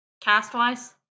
Cast-wise